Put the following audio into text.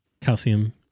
Calcium